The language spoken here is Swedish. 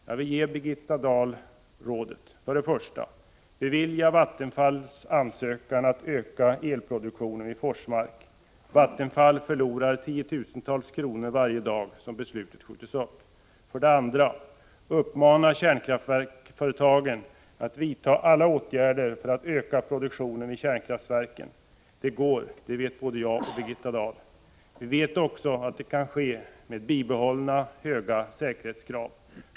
Jag vill ge Birgitta Dahl några råd. För det första: Bevilja Vattenfalls ansökan att öka elproduktionen i Forsmark. Vattenfall förlorar tiotusentals kronor varje dag som beslutet skjuts upp. För det andra: Uppmana kärnkraftverksföretagen att vidta alla åtgärder för att öka produktionen i kärnkraftverken. Det går, det vet både jag och Birgitta Dahl. Vi vet också att detta kan ske med bibehållna höga säkerhetskrav.